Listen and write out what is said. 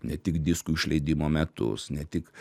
ne tik diskų išleidimo metus ne tik